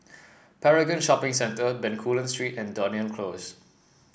Paragon Shopping Centre Bencoolen Street and Dunearn Close